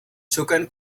chocan